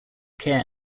care